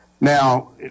Now